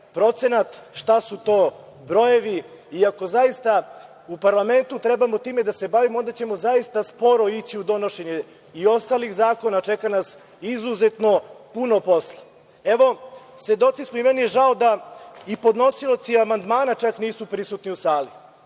procenat, šta su to brojevi i ako zaista u parlamentu trebamo time da se bavimo, onda ćemo zaista sporo ići u donošenje i ostalih zakona, čeka nas izuzetno puno posla. Svedoci smo i meni je žao da i podnosioci amandmana čak nisu prisutni u sali.